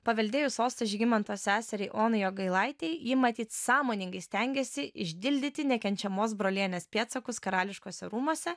paveldėjus sostą žygimanto seseriai onai jogailaitei ji matyt sąmoningai stengėsi išdildyti nekenčiamos brolienės pėdsakus karališkuose rūmuose